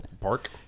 Park